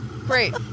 Great